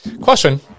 Question